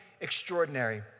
extraordinary